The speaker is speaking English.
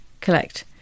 collect